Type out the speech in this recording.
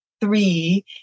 three